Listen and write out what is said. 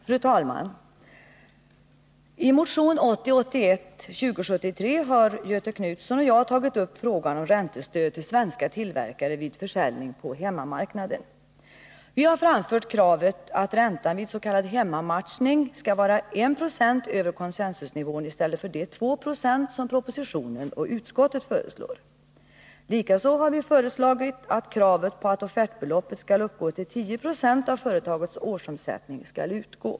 Fru talman! I motion 1980/81:2073 har Göthe Knutson och jag tagit upp frågan om räntestöd till svenska tillverkare vid försäljning på hemmamarknaden. Vi har framfört kravet att räntan vid s.k. hemmamatchning skall vara 1 90 över consensusnivån i stället för de 2 70 som propositionen och utskottet föreslår. Vidare har vi föreslagit att kravet på att offertbeloppet skall uppgå till 10 96 av företagets årsomsättning skall utgå.